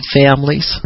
families